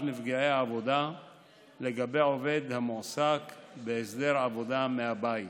נפגעי העבודה לגבי עובד המועסק בהסדר עבודה מהבית